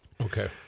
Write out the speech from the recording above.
Okay